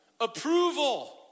Approval